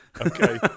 Okay